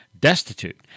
destitute